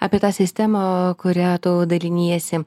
apie tą sistemą kuria tu daliniesi